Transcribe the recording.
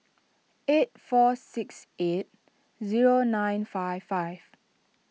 eight four six eight zero nine five five